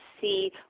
see